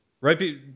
Right